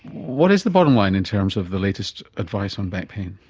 what is the bottom line in terms of the latest advice on back pain?